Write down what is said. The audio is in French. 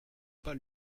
pas